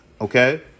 okay